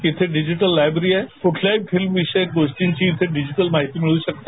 इथे digital library आहे कुठल्याही फिल्म विशषक गोष्टींची येथे डिजिटल माहिती मिळू शकते